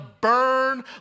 burn